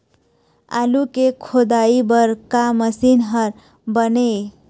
आलू के खोदाई बर का मशीन हर बने ये?